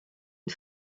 une